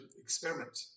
experiment